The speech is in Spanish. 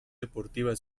deportiva